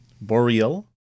Boreal